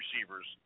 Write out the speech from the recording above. receivers